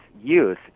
youth